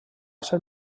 ser